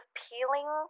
peeling